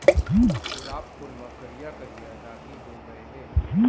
गुलाब फूल म करिया करिया दागी हो गय हे